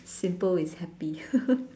simple is happy